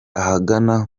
ahagana